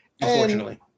Unfortunately